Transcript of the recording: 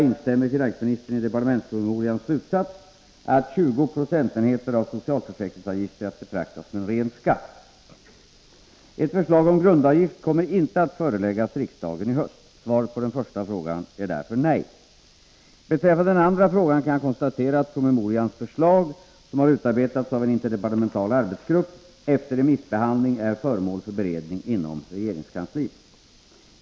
Instämmer finansministern i departementspromemorians slutsats att 20 procentenheter av socialförsäkringsavgifterna är att betrakta som en ren skatt? Ett förslag om grundavgift kommer inte att föreläggas riksdagen i höst. Svaret på den första frågan är därför nej. Beträffande den andra frågan kan jag konstatera att promemorians förslag, som har utarbetats av en interdepartemental arbetsgrupp, efter remissbehandling är föremål för beredning inom regeringskansliet.